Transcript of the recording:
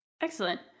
Excellent